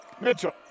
Mitchell